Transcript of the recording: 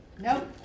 Nope